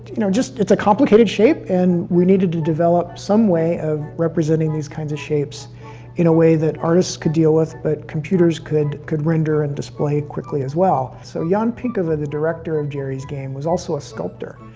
you know just, it's a complicated shape, and we needed to develop some way of representing these kinds of shapes in a way that artists could deal with, but computers could, could render and display quickly, as well. so jan pinkava, the director of geri's game, was also a sculptor.